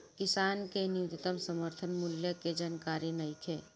किसान के न्यूनतम समर्थन मूल्य के जानकारी नईखे